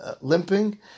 limping